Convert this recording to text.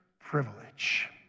privilege